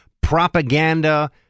propaganda